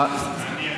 כאן.